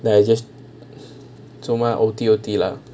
then I just so I otot lah